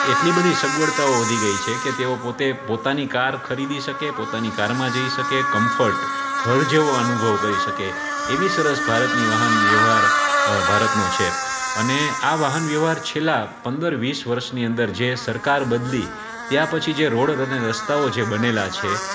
એટલી બધી સગવડતાઓ વધી ગઈ છે કે તેઓ પોતે પોતાની કાર ખરીદી શકે પોતાની કારમાં જઈ શકે કમ્ફર્ટ ઘર જેવો અનુભવ કરી શકે એવી સરસ ભારતની વાહન વ્યવહાર ભારતનો છે અને આ વાહન વ્યવહાર છેલ્લાં પંદર વીસ વર્ષની અંદર જે સરકાર બદલી ત્યાં પછી જે રોડ અને રસ્તાઓ જે બનેલા છે